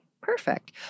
Perfect